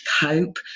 cope